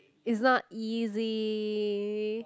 is not easy